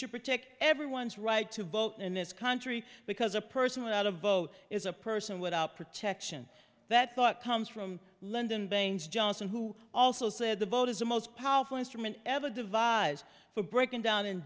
should protect everyone's right to vote in this country because a person without a vote is a person without protection that thought comes from lyndon baines johnson who also said the vote is the most powerful instrument ever devised for breaking down